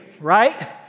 right